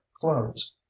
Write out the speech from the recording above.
clothes